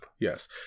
Yes